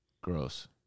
Gross